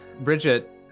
Bridget